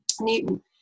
Newton